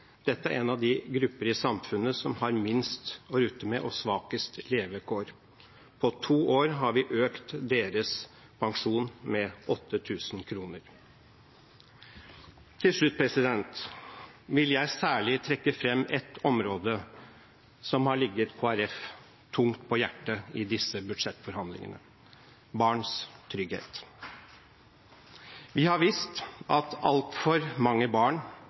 Dette er en av de gruppene i samfunnet som har minst å rutte med og svakest levekår. På to år har vi økt deres pensjon med 8 000 kr. Til slutt vil jeg særlig trekke fram et område som har ligget Kristelig Folkeparti tungt på hjertet i disse budsjettforhandlingene: barns trygghet. Vi har visst at altfor mange barn